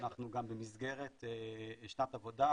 גם במסגרת שנת עבודה,